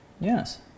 yes